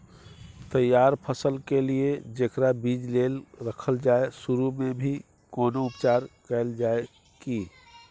तैयार फसल के लिए जेकरा बीज लेल रखल जाय सुरू मे भी कोनो उपचार कैल जाय की?